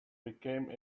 became